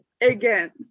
again